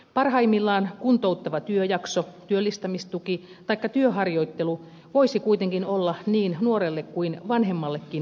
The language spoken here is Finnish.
parhaimmillaan kuntouttava työjakso työllistämistuki taikka työharjoittelu voisi kuitenkin olla niin nuorelle kuin vanhemmallekin uuden alku